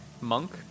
monk